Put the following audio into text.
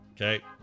Okay